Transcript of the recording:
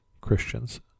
Christians